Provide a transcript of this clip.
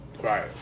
Right